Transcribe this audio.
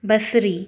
बसरी